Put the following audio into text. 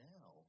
Now